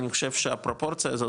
אני חושב שהפרופורציה הזאת,